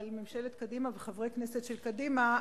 על ממשלת קדימה וחברי כנסת של קדימה,